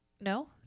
No